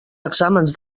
exàmens